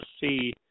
see